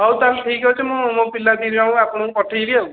ହଉ ତାହେଲେ ଠିକ୍ଅଛି ମୁଁ ମୋ ପିଲା ଦୁଇ ଜଣଙ୍କୁ ଆପଣଙ୍କୁ ପଠେଇବି ଆଉ